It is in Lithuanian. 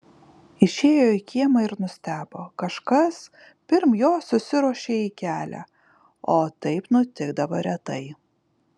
išėjo į kiemą ir nustebo kažkas pirm jo susiruošė į kelią o taip nutikdavo retai